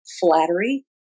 flattery